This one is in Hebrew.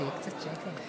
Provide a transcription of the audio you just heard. שיהיה קצת שקט.